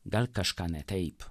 gal kažką ne taip